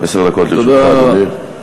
עשר דקות לרשותך, אדוני.